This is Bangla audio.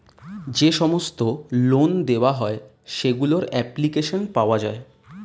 যে সমস্ত লোন দেওয়া হয় সেগুলোর অ্যাপ্লিকেশন পাওয়া যায়